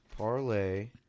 Parlay